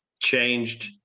changed